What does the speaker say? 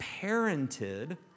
parented